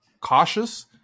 cautious